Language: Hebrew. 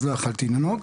אז לא יכולתי לנהוג.